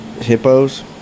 Hippos